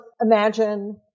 imagine